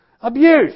Abuse